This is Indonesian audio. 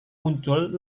muncul